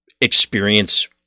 experience